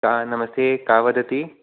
का नमस्ते का वदति